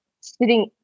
sitting